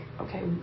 okay